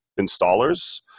installers